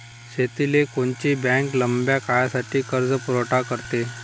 शेतीले कोनची बँक लंब्या काळासाठी कर्जपुरवठा करते?